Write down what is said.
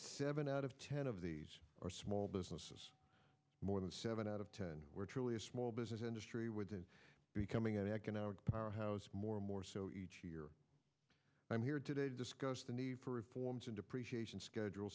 seven out of ten of these are small businesses more than seven out of ten were truly a small business industry with it becoming an economic powerhouse more and more so each year i'm here today to discuss the need for reforms in depreciation schedule